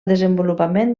desenvolupament